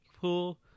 pool